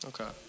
Okay